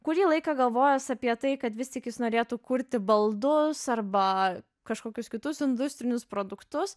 kurį laiką galvojęs apie tai kad vis tik jis norėtų kurti baldus arba kažkokius kitus industrinius produktus